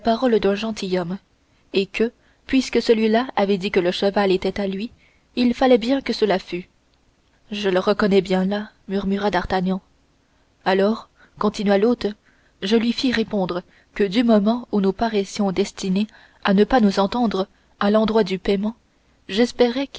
d'un gentilhomme et que puisque celui-là avait dit que le cheval était à lui il fallait bien que cela fût je le reconnais bien là murmura d'artagnan alors continua l'hôte je lui fis répondre que du moment où nous paraissions destinés à ne pas nous entendre à l'endroit du paiement j'espérais